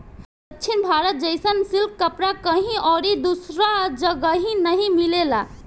दक्षिण भारत जइसन सिल्क कपड़ा कहीं अउरी दूसरा जगही नाइ मिलेला